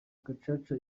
gacaca